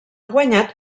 guanyat